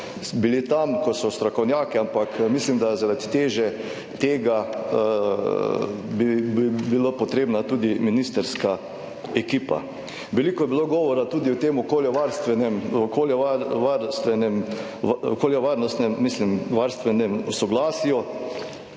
bili tam, ko so strokovnjaki, ampak mislim, da zaradi teže tega bi bilo potrebna tudi ministrska ekipa. Veliko je bilo govora tudi o tem okoljevarstvenem soglasju.